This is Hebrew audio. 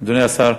אדוני השר.